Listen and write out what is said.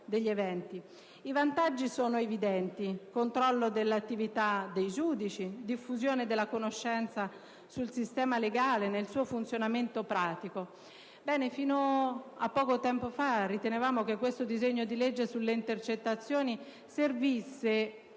I vantaggi sono evidenti: controllo dell'attività dei giudici e diffusione della conoscenza sul sistema legale nel suo funzionamento pratico. Fino a poco tempo fa, ritenevamo che il disegno di legge in materia di intercettazioni servisse